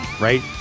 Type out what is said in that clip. right